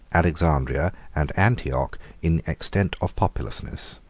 alexandria, and antioch, in extent of populousness.